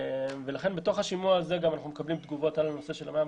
לכן בתוך השימוע אנחנו מקבלים תגובות גם על נושא 200-100,